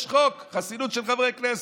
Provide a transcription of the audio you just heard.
יש חוק חסינות של חברי הכנסת.